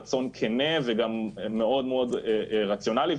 רצון כן וגם מאוד מאוד רציונלי,